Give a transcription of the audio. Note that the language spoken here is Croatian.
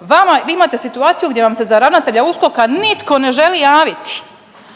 vama, vi imate situaciju gdje vam se za ravnatelja USKOK-a nitko ne želi javiti,